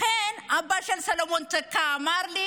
לכן אבא של סלומון טקה אמר לי